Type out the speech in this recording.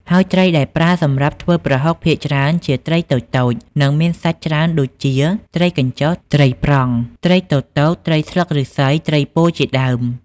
ហើយត្រីដែលប្រើសម្រាប់ធ្វើប្រហុកភាគច្រើនជាត្រីតូចៗ និងមានសាច់ច្រើនដូចជា ត្រីកញ្ចុះ ត្រីប្រង់ ត្រីទទក ត្រីស្លឹកឫស្សី ត្រីពោធិ ជាដើម។